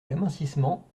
l’amincissement